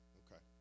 okay